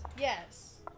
Yes